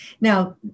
Now